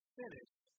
finished